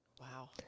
Wow